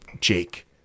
Jake